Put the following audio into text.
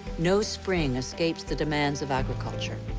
no spring escapes the demands of agriculture,